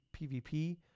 pvp